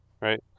right